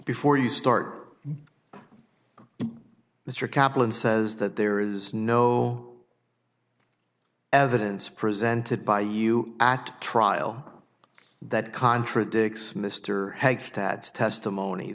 before you start mr kaplan says that there is no evidence presented by you at trial that contradicts mr hanks tad's testimony